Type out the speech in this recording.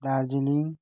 Darjeeling